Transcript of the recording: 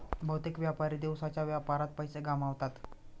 बहुतेक व्यापारी दिवसाच्या व्यापारात पैसे गमावतात